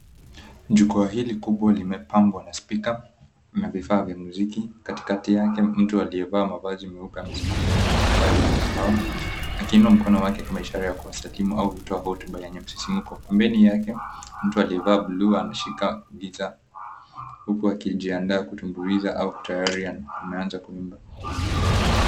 Jukwa hili kubwa limepangwa na speaker na vifaa vya muziki. Katikati yake, mtu aliyevaa mavazi meupe, amesimama nyuma ya mimbari hii ya pawa, akiinua mikono yake kama ishara ya kuwasalimu au kutoa hotuba yenye msisimuko. Pembeni yake, mtu aliyevaa blue , ameshika guitar , huku akijiandaa kutumbuiza, ama tayari ameanza kuimba.